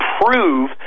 prove